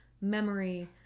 memory